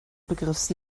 begriffs